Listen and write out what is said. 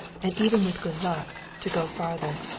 and even with good luck to go farther.